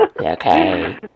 okay